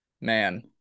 man